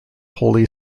holy